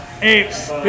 apes